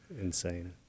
insane